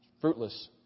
Fruitless